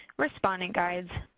respondent guides,